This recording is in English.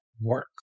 work